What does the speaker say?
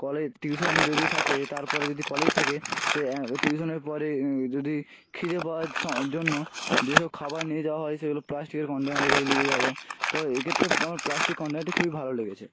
college tuition যদি থাকে তারপরে যদি কলেজ থাকে সে টিউশনের পরে যদি খিদে পাওয়ার স জন্য যেসব খাবার নিয়ে যাওয়া হয় সেগুলো প্লাস্টিকের কনটেনারে করে লিয়ে যাওয়া যায় তো এই ক্ষেত্রে আমার প্লাস্টিক কনটেনারটি খুবই ভালো লেগেছে